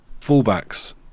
fullbacks